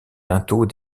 linteaux